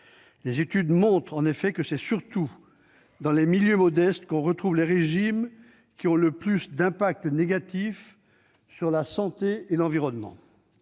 Les études montrent que c'est surtout dans les milieux modestes que l'on retrouve les régimes ayant le plus d'effets négatifs sur la santé et l'environnement.